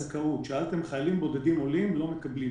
אמרתם שחיילים בודדים עולים לא מקבלים,